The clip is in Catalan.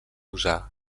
usar